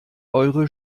eure